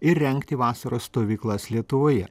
ir rengti vasaros stovyklas lietuvoje